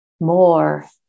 more